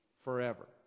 forever